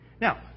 Now